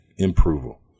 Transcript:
approval